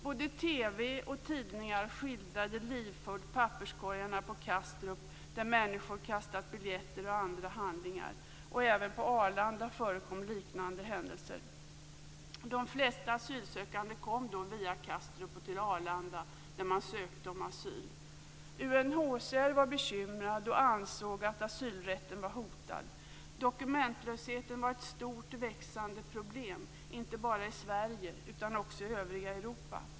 Både TV och tidningar skildrade livfullt papperskorgarna på Kastrup där människor kastat biljetter och andra handlingar. Även på Arlanda förekom liknande händelser. De flesta asylsökande kom då via Kastrup till Arlanda när de ansökte om asyl. UNHCR var bekymrat och ansåg att asylrätten var hotad. Dokumentlösheten var ett stort och växande problem inte bara i Sverige utan också i övriga Europa.